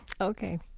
Okay